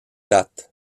date